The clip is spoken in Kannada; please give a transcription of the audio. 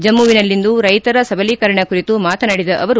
ಜಮ್ನುವಿನಲ್ಲಿಂದು ರೈತರ ಸಬಲೀಕರಣ ಕುರಿತು ಮಾತನಾಡಿದ ಅವರು